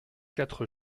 quatre